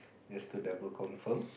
just to double confirm